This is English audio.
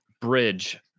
bridge